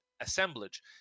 assemblage